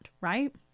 right